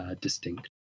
distinct